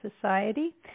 society